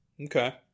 Okay